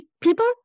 people